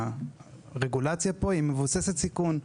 הרגולציה פה היא מבוססת סיכון.